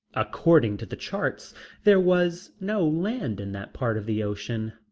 according to the charts there was no land in that part of the ocean.